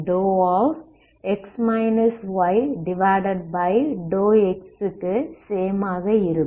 ∂∂x க்கு சேம் ஆக இருக்கும்